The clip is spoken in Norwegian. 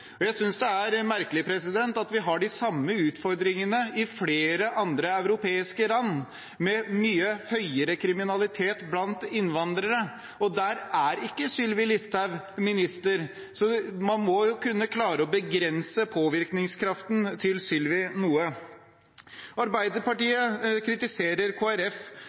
Norge. Jeg synes det er merkelig at man har de samme utfordringene i flere andre europeiske land med mye høyere kriminalitet blant innvandrere, og der er ikke Sylvi Listhaug minister, så man må jo kunne klare å begrense påvirkningskraften til Sylvi Listhaug noe. Arbeiderpartiet kritiserer